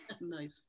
Nice